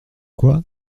quoi